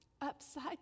upside